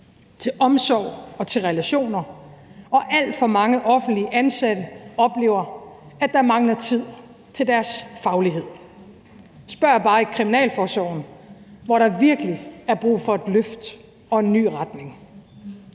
til omsorg og relationer, og alt for mange offentligt ansatte oplever, at der mangler tid til deres faglighed. Spørg bare i kriminalforsorgen, hvor der virkelig er brug for et løft og en ny retning;